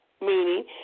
meaning